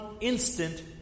instant